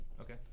Okay